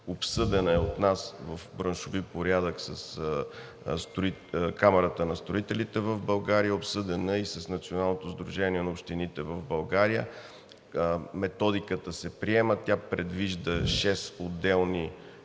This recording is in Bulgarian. обсъдена е от нас в браншови порядък с Камарата на строителите в България, обсъдена е и с Националното сдружение на общините в България. Методиката се приема, тя предвижда шест отделни